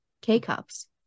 k-cups